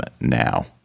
now